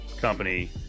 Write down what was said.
Company